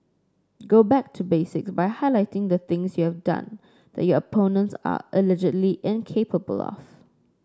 go back to basics by highlighting the things you have done that your opponents are allegedly incapable of